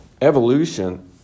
evolution